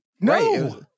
No